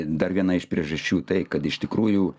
dar viena iš priežasčių tai kad iš tikrųjų